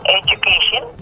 education